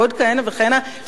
ועוד כהנה וכהנה,